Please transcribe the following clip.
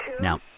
Now